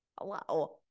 Hello